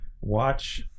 watch